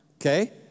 Okay